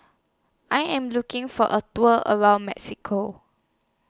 I Am looking For A Tour around Mexico